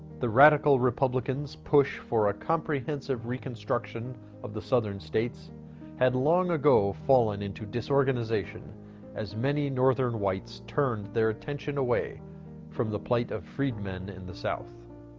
the radical republicans' push for a comprehensive reconstruction of the southern states had long ago fallen into disorganization as many northern whites turned their attention away from the plight of freedmen in the south.